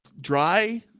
dry